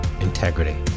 integrity